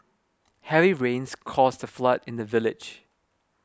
heavy rains caused a flood in the village